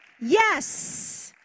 Yes